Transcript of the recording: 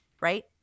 right